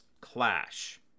Clash